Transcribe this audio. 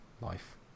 life